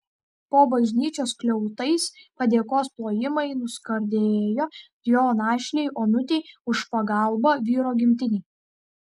po bažnyčios skliautais padėkos plojimai nuskardėjo jo našlei onutei už pagalbą vyro gimtinei